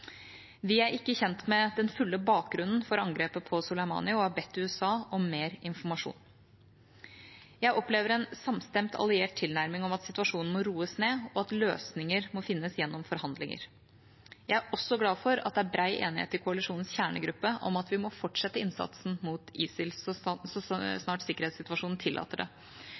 Vi er ikke kjent med den fulle bakgrunnen for angrepet på Soleimani og har bedt USA om mer informasjon. Jeg opplever en samstemt alliert tilnærming om at situasjonen må roes ned, og at løsninger må finnes gjennom forhandlinger. Jeg er også glad for at det er bred enighet i koalisjonens kjernegruppe om at vi må fortsette innsatsen mot ISIL så snart sikkerhetssituasjonen tillater det,